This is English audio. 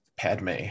padme